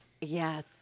Yes